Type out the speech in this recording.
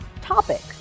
topic